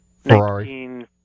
Ferrari